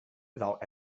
without